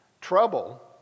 Trouble